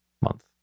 month